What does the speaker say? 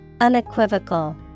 Unequivocal